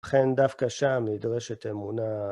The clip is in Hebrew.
ובכן, דווקא שם נדרשת אמונה.